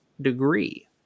degree